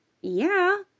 yeah